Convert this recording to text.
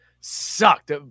Sucked